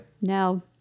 No